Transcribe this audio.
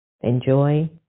enjoy